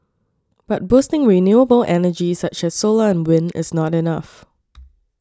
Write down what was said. but boosting renewable energy such as solar and wind is not enough